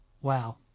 wow